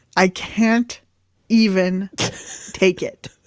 i can't even take it